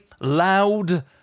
loud